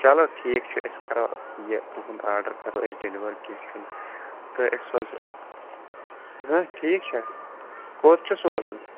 چلو ٹھیٖک چھُ أسۍ کرو یہِ تُہُنٛد آرڈر کرو أسۍ ڈِیلِوَر کیٚنٛہہ چھُنہٕ تہٕ أسۍ سوزو ٹھیٖک چھا کوٚت چھُ سوزُن